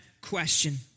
question